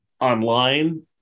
online